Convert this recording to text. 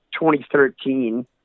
2013